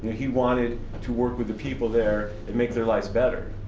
he wanted to work with the people there and make their lives better.